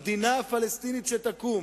המדינה הפלסטינית שתקום